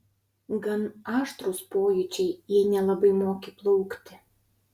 gan aštrūs pojūčiai jei nelabai moki plaukti